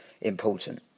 important